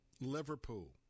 Liverpool